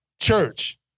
Church